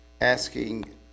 asking